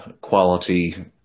quality